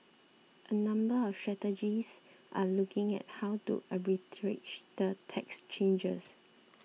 a number of strategists are looking at how to arbitrage the tax changes